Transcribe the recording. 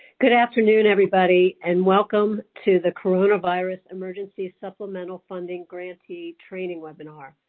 good afternoon everybody, and welcome to the coronavirus emergency supplemental funding grantee training webinar.